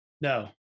no